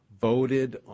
voted